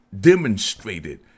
demonstrated